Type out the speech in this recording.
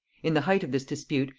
in the height of this dispute,